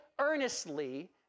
earnestly